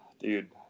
Dude